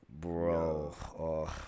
Bro